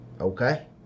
Okay